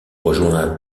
rejoint